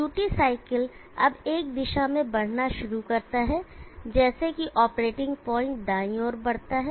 duty cycle अब एक दिशा में बढ़ना शुरू करता है जैसे कि ऑपरेटिंग पॉइंट दाईं ओर बढ़ता है